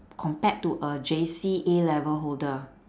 compared to a J_C A-level holder